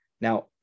now